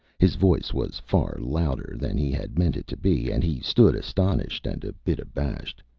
his voice was far louder than he had meant it to be and he stood astonished and a bit abashed.